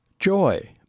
Joy